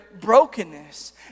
brokenness